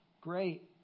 Great